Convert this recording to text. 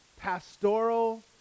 pastoral